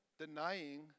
denying